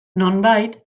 nonbait